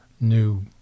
new